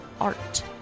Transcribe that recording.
art